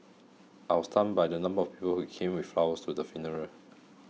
I was stunned by the number of people who came with flowers to the funeral